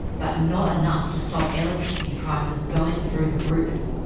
but not enough to stop electricity prices going through the roof.